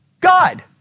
God